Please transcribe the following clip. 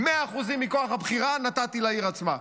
100% מכוח הבחירה נתתי לעיר עצמה.